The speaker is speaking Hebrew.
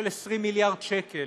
של 20 מיליארד שקל.